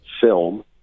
film